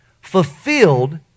Fulfilled